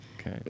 Okay